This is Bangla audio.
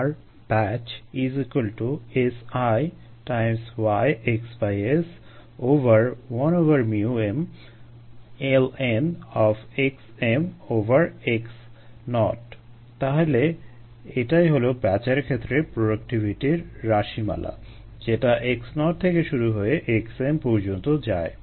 RbatchSi YxS1m xmx0 তাহলে এটাই হলো ব্যাচের ক্ষেত্রে প্রোডাক্টিভিটির রাশিমালা যেটা x0 থেকে শুরু হয়ে xm পর্যন্ত যায়